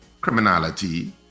criminality